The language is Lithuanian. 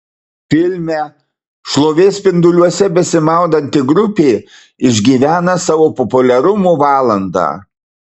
filme šlovės spinduliuose besimaudanti grupė išgyvena savo populiarumo valandą